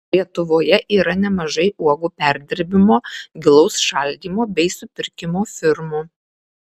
lietuvoje yra nemažai uogų perdirbimo gilaus šaldymo bei supirkimo firmų